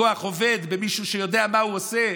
בכוח עובד, במישהו שיודע מה הוא עושה.